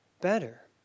better